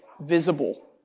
visible